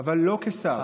אבל לא כשר,